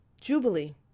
Jubilee